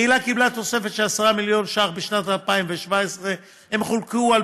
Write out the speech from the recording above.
קהילה קיבלה תוספת של 10 מיליון ש"ח בשנת 2017. הם חולקו על